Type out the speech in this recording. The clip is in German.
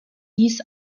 dies